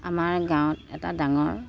আমাৰ গাঁৱত এটা ডাঙৰ